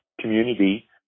community